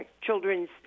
children's